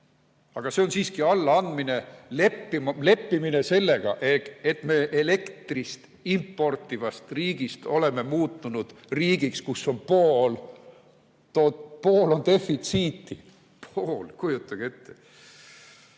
Aga see on siiski allaandmine, leppimine sellega, et me elektrit importivast riigist oleme muutunud riigiks, kus poole [ulatuses] on defitsiit. Poole [ulatuses],